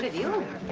you,